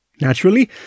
Naturally